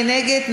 מי נגד?